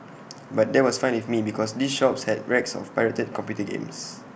but that was fine with me because these shops had racks of pirated computer games